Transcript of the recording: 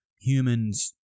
humans